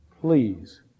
please